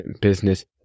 business